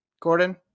Gordon